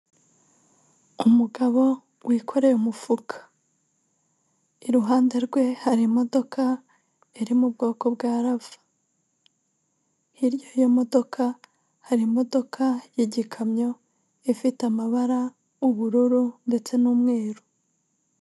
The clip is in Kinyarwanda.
Umugabo wikoreye umufuka, iruhande rwe hari imodoka iri mu bwoko bwa rava, hirya y'iyo modoka, hari imodoka y'igikamyo ifite amabara ubururu ndetse n'umweru.